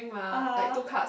(uh huh)